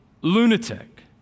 lunatic